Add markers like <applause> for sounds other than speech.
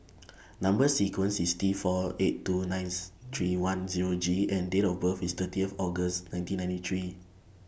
<noise> Number sequence IS T four eight two nines three one Zero G and Date of birth IS thirtieth August nineteen ninety three